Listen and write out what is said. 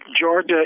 Georgia